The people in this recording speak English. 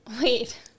Wait